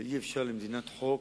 ואי-אפשר במדינת חוק